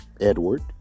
Edward